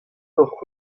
hocʼh